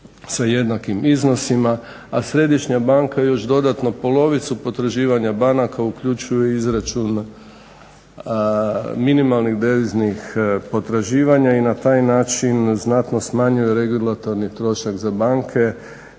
sa jednakim iznosima, a Središnja banka još dodatno polovicu potraživanja banaka uključuje izračun minimalnih deviznih potraživanja i na taj način znatno smanjuje regulatorni trošak za banke